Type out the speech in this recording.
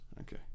okay